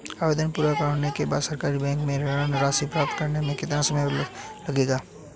आवेदन पूरा होने के बाद सरकारी बैंक से ऋण राशि प्राप्त करने में कितना समय लगेगा?